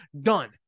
Done